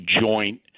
joint